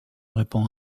répand